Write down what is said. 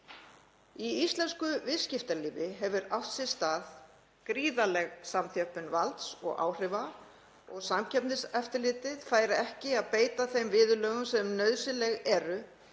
Í íslensku viðskiptalífi hefur átt sér stað gríðarleg samþjöppun valds og áhrifa og Samkeppniseftirlitið fær ekki að beita þeim viðurlögum sem nauðsynleg eru